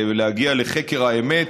להגיע לחקר האמת,